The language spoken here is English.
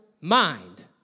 mind